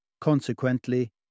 consequently